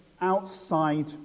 outside